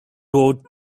road